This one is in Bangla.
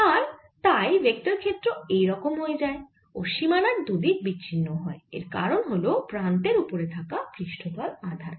আর তাই তড়িৎ ক্ষেত্র এও রকম হয়ে যায় ও সীমানার দুদিকে বিচ্ছিন্ন হয় এর কারণ হল প্রান্তের ওপর থাকা পৃষ্ঠতল আধান